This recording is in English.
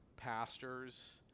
Pastors